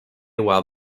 while